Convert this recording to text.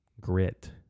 grit